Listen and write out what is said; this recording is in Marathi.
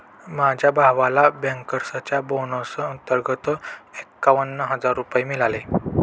माझ्या भावाला बँकर्सच्या बोनस अंतर्गत एकावन्न हजार रुपये मिळाले